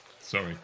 sorry